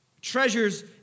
Treasures